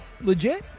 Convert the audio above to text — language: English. legit